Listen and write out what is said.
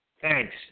Thanks